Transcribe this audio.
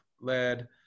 led